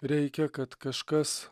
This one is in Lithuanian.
reikia kad kažkas